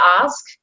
ask